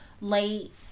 late